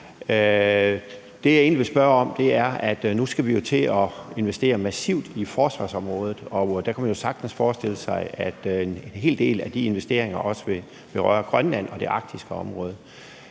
Det, jeg egentlig vil spørge om, er om det, at vi skal til at investere massivt i forsvarsområdet. Der kunne man jo sagtens forestille sig, at en hel del af de investeringer også vil berøre Grønland og det arktiske område.